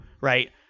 right